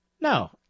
No